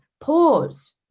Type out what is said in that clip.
pause